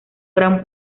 gran